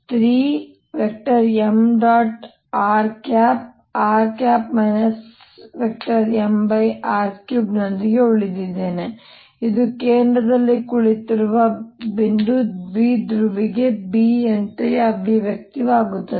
rr mr3 ನೊಂದಿಗೆ ಉಳಿದಿದ್ದೇನೆ ಇದು ಕೇಂದ್ರದಲ್ಲಿ ಕುಳಿತಿರುವ ಬಿಂದು ದ್ವಿಧ್ರುವಿಗೆ B ಯಂತೆಯೇ ಅದೇ ಅಭಿವ್ಯಕ್ತಿಯಾಗಿದೆ